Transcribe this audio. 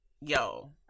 yo